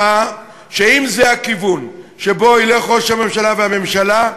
מראה שאם זה הכיוון שבו ילכו ראש הממשלה והממשלה,